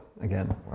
again